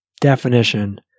Definition